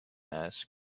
asked